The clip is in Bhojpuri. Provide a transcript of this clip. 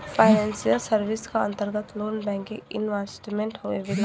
फाइनेंसियल सर्विस क अंतर्गत लोन बैंकिंग इन्वेस्टमेंट आवेला